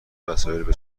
وسایلارو